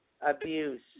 abuse